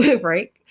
Right